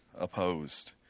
opposed